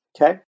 Okay